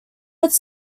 its